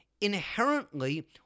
inherently